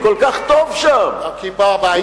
אם כל כך טוב שם, כי פה הבית שלו.